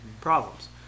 problems